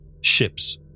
Ships